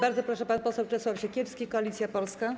Bardzo proszę, pan poseł Czesław Siekierski, Koalicja Polska.